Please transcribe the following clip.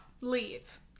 leave